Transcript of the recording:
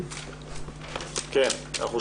הטיפול אכן ניתן לאסירים,